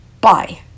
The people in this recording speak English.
Bye